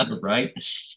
Right